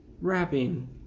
wrapping